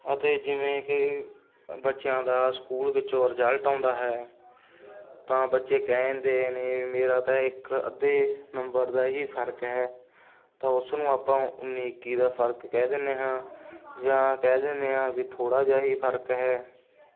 ਅਤੇ ਜਿਵੇਂ ਕਿ ਅ ਬੱਚਿਆਂ ਦਾ ਸਕੂਲ ਵਿੱਚੋਂ ਰਿਜ਼ਲਟ ਆਉਂਦਾ ਹੈ ਤਾਂ ਬੱਚੇ ਕਹਿ ਦਿੰਦੇ ਨੇ ਵੀ ਮੇਰਾ ਤਾਂ ਇੱਕ ਅੱਧੇ ਨੰਬਰ ਦਾ ਹੀ ਫਰਕ ਹੈ ਤਾਂ ਉਸ ਨੂੰ ਆਪਾਂ ਉੱਨੀ ਇੱਕੀ ਦਾ ਫਰਕ ਕਹਿ ਦਿੰਦੇ ਹਾਂ ਜਾਂ ਕਹਿ ਦਿੰਦੇ ਹਾਂ ਵੀ ਥੋੜ੍ਹਾ ਜਿਹਾ ਹੀ ਫਰਕ ਹੈ